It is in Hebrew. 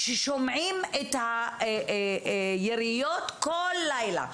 ששומעים את היריות כל לילה.